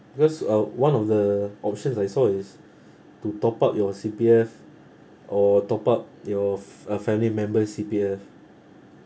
because uh one of the options I saw is to top up your C_P_F or top up your f~ uh family member's C_P_F